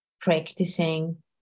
practicing